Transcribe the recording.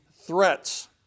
threats